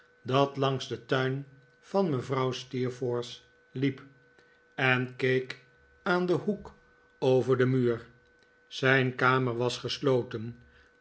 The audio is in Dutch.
dat langs den tuin van mevrouw steerforth liep en keek aan den hoek over den muur zijn kamer was gesloten